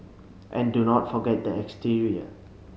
and do not forget the exterior